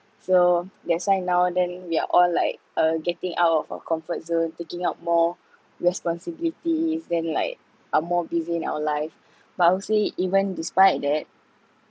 so that's why now then we are all like uh getting out of our comfort zone taking up more responsibilities then like are more busy in our life but I would even despite that